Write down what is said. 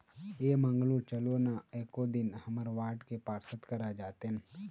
ऐ मंगलू चलो ना एको दिन हमर वार्ड के पार्षद करा जातेन